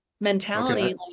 mentality